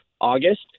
August